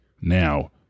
now